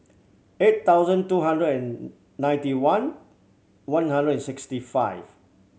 eight thousand two hundred and ninety one one hundred and sixty five